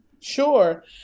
Sure